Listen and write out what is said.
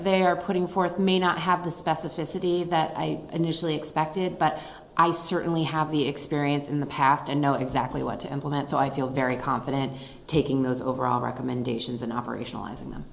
they're putting forth may not have the specificity that i initially expected but i certainly have the experience in the past and know exactly what to implement so i feel very confident taking those overall recommendations and operationalizing them